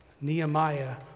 Nehemiah